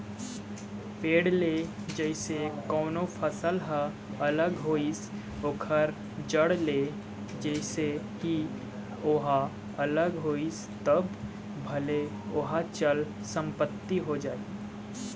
पेड़ ले जइसे कोनो फसल ह अलग होइस ओखर जड़ ले जइसे ही ओहा अलग होइस तब भले ओहा चल संपत्ति हो जाही